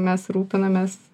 mes rūpinames